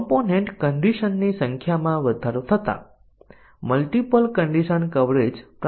પરંતુ ત્યાં અન્ય કન્ડિશન ટેસ્ટીંગ તકનીકો પણ છે